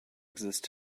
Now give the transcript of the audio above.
exist